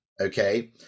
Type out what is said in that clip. okay